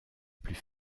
plus